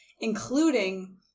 including